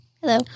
Hello